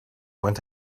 went